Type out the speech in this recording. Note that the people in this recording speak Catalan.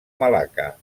malacca